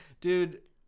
dude